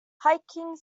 hiking